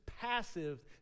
passive